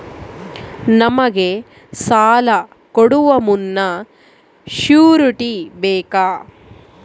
ನಮಗೆ ಸಾಲ ಕೊಡುವ ಮುನ್ನ ಶ್ಯೂರುಟಿ ಬೇಕಾ?